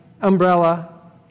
umbrella